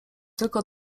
tylko